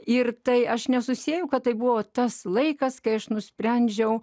ir tai aš nesusiejau kad tai buvo tas laikas kai aš nusprendžiau